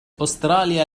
أستراليا